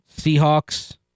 Seahawks